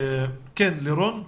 כן, לירון.